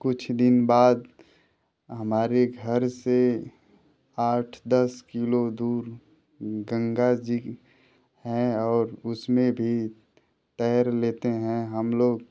कुछ दिन बाद हमारे घर से आठ दस किलो दूर गंगा जी हैं और उसमें भी तैर लेते हैं हम लोग